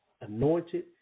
Anointed